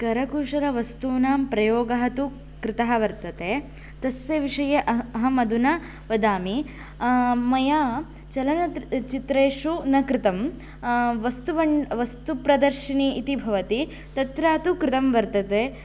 करकुशलवस्तूनां प्रयोगः तु कृतः वर्तते तस्य विषये अह अहमधुना वदामि मया चलनचित्रेषु न कृतं वस्तुब वस्तुप्रदर्शिनी इति भवति तत्र तु कृतं वर्तते